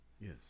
Yes